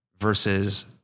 versus